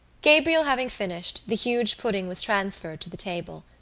gabriel having finished, the huge pudding was transferred to the table.